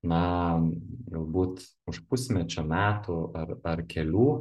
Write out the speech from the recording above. na galbūt už pusmečio metų ar ar kelių